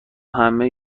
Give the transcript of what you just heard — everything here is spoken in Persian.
همه